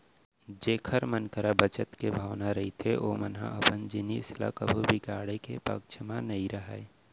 जेखर मन करा बचत के भावना रहिथे ओमन ह अपन जिनिस ल कभू बिगाड़े के पक्छ म नइ रहय